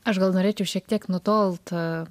aš gal norėčiau šiek tiek nutolt